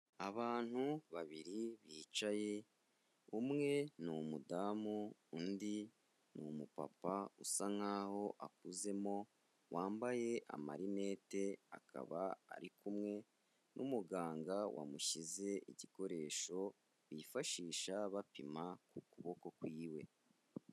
Abantu babiri bicaye, umwe ni umudamu, undi ni umupapa usa nk'aho akuzemo, wambaye amarinete, akaba ari kumwe n'umuganga wamushyize igikoresho bifashisha bapima ukuboko kwiwe.